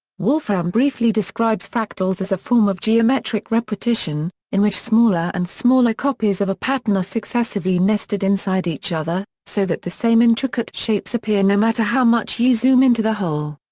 wolfram briefly describes fractals as a form of geometric repetition, in which smaller and smaller copies of a pattern are successively nested inside each other, so that the same intricate shapes appear no matter how much you so um the whole.